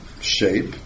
shape